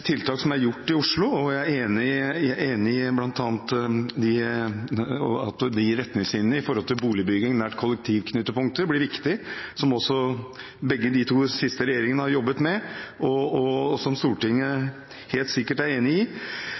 tiltak som er gjort i Oslo. Jeg er enig i at bl.a. retningslinjene om boligbygging nær kollektivknutepunkter blir viktig, som også begge de to siste regjeringene har jobbet med, og som Stortinget helt sikkert er enig i,